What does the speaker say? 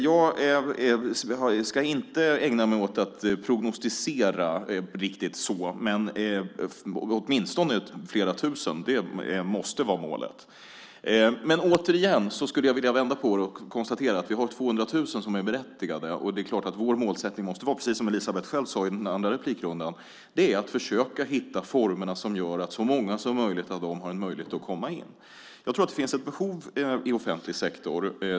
Jag ska inte ägna mig åt att prognostisera, men åtminstone flera tusen måste vara målet. Återigen skulle jag vilja vända på det och konstatera att vi har 200 000 som är berättigade. Det är klart att vår målsättning, precis som Elisabeth själv sade i den andra inläggsrundan, måste vara att försöka hitta formerna som gör att så många som möjligt av dessa har en möjlighet att komma in. Jag tror att det finns ett behov i offentlig sektor.